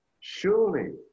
Surely